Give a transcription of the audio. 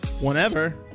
whenever